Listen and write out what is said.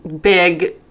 big